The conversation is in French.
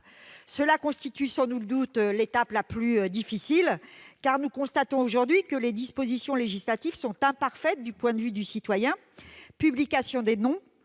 qui est sans nul doute la plus difficile, car nous constatons aujourd'hui que les dispositions législatives sont imparfaites du point de vue du citoyen : publication des noms-